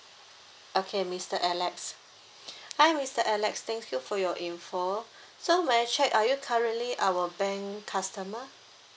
okay mister alex hi mister alex thank you for your info so may I check are you currently our bank customer